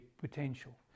potential